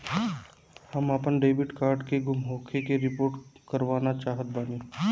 हम आपन debit card के गुम होखे के रिपोर्ट करवाना चाहत बानी